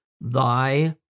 thy